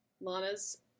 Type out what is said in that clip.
Lana's-